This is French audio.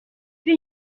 fait